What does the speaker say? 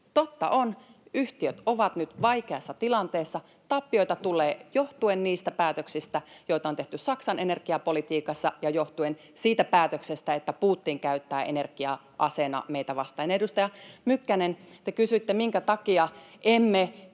Totta on, että yhtiöt ovat nyt vaikeassa tilanteessa ja tappioita tulee, johtuen niistä päätöksistä, joita on tehty Saksan energiapolitiikassa, ja johtuen siitä päätöksestä, että Putin käyttää energiaa aseena meitä vastaan. Edustaja Mykkänen, te kysyitte, minkä takia emme